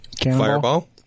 fireball